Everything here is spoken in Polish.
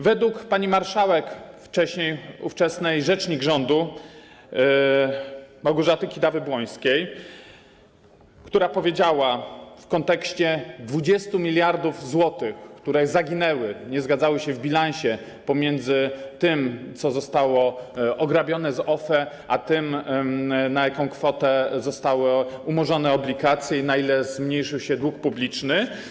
Według pani marszałek, wcześniej ówczesnej rzecznik rządu Małgorzaty Kidawy-Błońskiej, która powiedziała w kontekście 20 mld zł, które zaginęły, nie zgadzały się w bilansie pomiędzy tym, co zostało ograbione z OFE, a tym, na jaką kwotę zostały umorzone obligacje i na ile zmniejszył się dług publiczny.